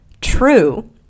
true